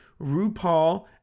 RuPaul